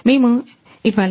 మేము ఇవ్వాలి